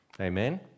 Amen